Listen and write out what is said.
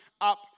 up